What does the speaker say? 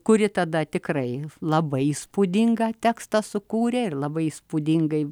kuri tada tikrai labai įspūdingą tekstą sukūrė ir labai įspūdingai